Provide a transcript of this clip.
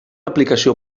aplicació